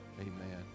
amen